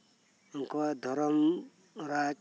ᱩᱱᱠᱩᱣᱟᱜ ᱫᱷᱚᱨᱚᱢ ᱨᱟᱡ